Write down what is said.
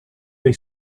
they